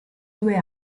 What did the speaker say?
due